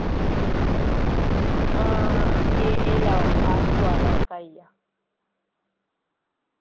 एह् एह् लाओ अट्ठ सौ आह्ला एह्का आइया